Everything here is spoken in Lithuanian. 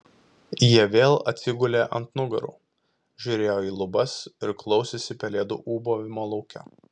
jie vėl atsigulė ant nugarų žiūrėjo į lubas ir klausėsi pelėdų ūbavimo lauke